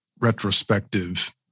retrospective